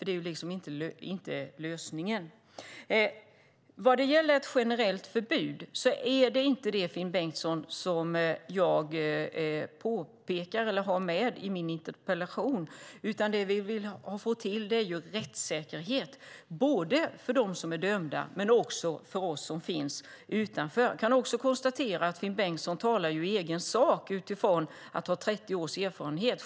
Det är liksom inte lösningen. Det är inte ett generellt förbud, Finn Bengtsson, som jag har med i min interpellation. Det vi vill få till är rättssäkerhet, både för dem som är dömda och för oss som finns utanför. Jag kan också konstatera att Finn Bengtsson talar i egen sak utifrån att ha 30 års erfarenhet.